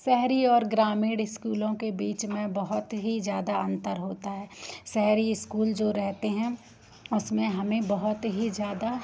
शहरी और ग्रामीण स्कूलों के बीच में बहुत ही ज़्यादा अंतर होता है शहरी इस्कूल जो रहते हैं उसमें हमें बहुत ही ज़्यादा